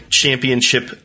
championship